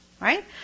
Right